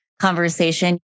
conversation